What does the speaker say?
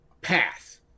path